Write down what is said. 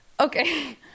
okay